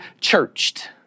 churched